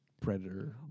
Predator